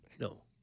no